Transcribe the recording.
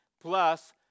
plus